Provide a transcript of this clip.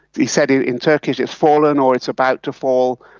he said in in turkish it's fallen or it's about to fall,